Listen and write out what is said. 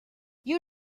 you